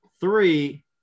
Three